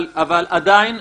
אבל עדיין,